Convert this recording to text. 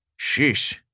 Sheesh